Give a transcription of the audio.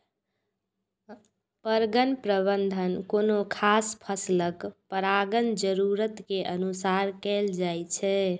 परगण प्रबंधन कोनो खास फसलक परागण जरूरत के अनुसार कैल जाइ छै